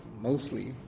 mostly